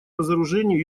разоружению